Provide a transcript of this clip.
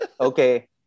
Okay